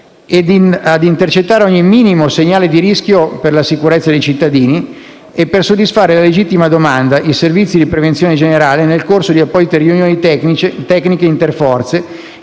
ad intercettare ogni minimo segnale di rischio per la sicurezza dei cittadini e, per soddisfarne la legittima domanda, i servizi di prevenzione generale, nel corso di apposite riunioni tecniche interforze